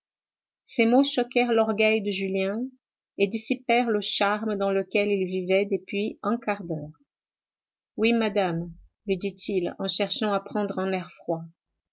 ces mots choquèrent l'orgueil de julien et dissipèrent le charme dans lequel il vivait depuis un quart d'heure oui madame lui dit-il en cherchant à prendre un air froid